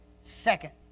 Second